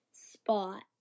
spot